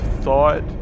thought